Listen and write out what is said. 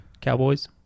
Cowboys